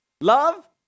love